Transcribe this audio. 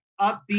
upbeat